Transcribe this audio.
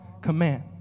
command